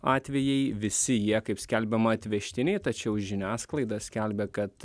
atvejai visi jie kaip skelbiama atvežtiniai tačiau žiniasklaida skelbia kad